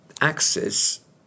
Axis